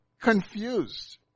confused